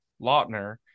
Lautner